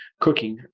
cooking